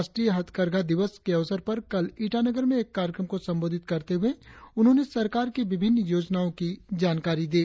राष्ट्रीय हथकरघा दिवस की अवसर पर कल ईटानगर में एक कार्यक्रम को संबोधित करते हुए उन्होंने सरकार की विभिन्न योजनाओं की जानकारी दी